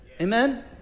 Amen